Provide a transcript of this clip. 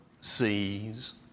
sees